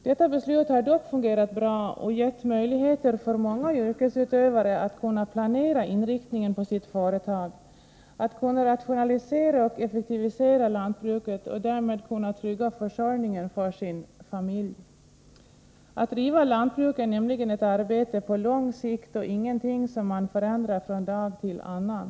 Detta beslut har dock fungerat bra och gett möjligheter för många yrkesutövare att planera inriktningen på sitt företag, att rationalisera och effektivisera lantbruket och därmed trygga försörjningen för sin familj. Att driva lantbruk är nämligen ett arbete på lång sikt och ingenting som man förändrar från dag till annan.